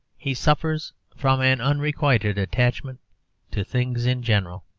he suffers from an unrequited attachment to things in general.